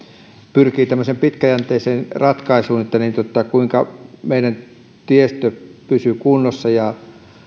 pyrkii pitkäjänteiseen ratkaisuun kuinka meidän tiestö pysyy kunnossa ja